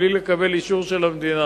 בלי קבלת אישור של המדינה.